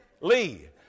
Lee